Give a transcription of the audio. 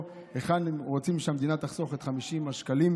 היכן הם רוצים שהמדינה תחסוך 50 שקלים